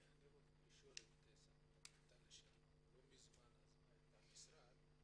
אני רוצה לשאול את שרת הקליטה לשעבר שלא מזמן עזבה את המשרד,